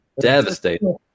Devastating